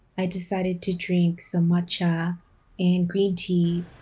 i decided to drink some matcha and green tea.